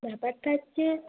ব্যাপারটা হচ্ছে